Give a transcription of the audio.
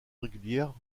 régulière